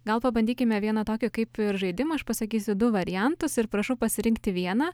gal pabandykime vieną tokią kaip ir žaidimą aš pasakysiu du variantus ir prašau pasirinkti vieną